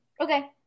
Okay